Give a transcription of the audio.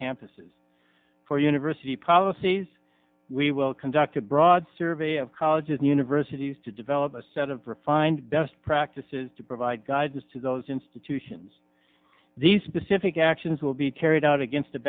campuses for university policies we will conduct a broad survey of colleges and universities to develop a set of refined best practices to provide guides to those institutions these specific actions will be carried out against